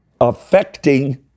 affecting